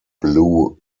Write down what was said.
blue